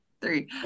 three